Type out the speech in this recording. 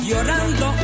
Llorando